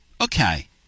Okay